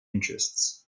interests